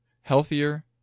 healthier